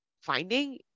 finding